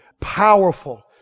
powerful